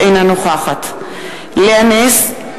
אינה נוכחת לאה נס,